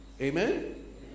Amen